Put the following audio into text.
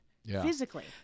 Physically